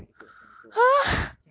and put back into the follicle